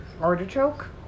artichoke